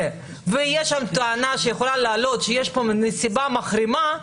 ותהיה שם טענה שיכולה לעלות שיש פה נסיבה מחמירה,